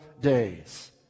days